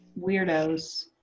weirdos